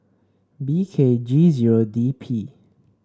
B K G zero D P